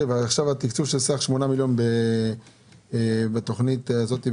התקצוב בסך 8 מיליון בתכנית הזאת ב-(ח),